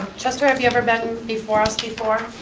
chester, have you ever been before us before?